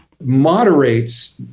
moderates